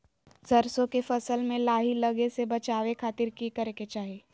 सरसों के फसल में लाही लगे से बचावे खातिर की करे के चाही?